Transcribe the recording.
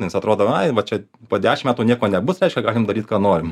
nes atrodo ai va čia po dešim metų nieko nebus reiškia galim daryt ką norim